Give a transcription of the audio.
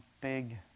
big